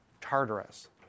Tartarus